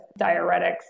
diuretics